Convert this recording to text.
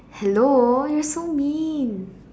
hello you're so mean